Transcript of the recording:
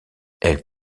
elle